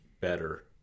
better